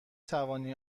توانی